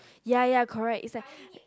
ya ya correct it's like